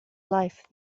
life